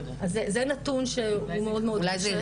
זה נתון שהוא מאוד קשה.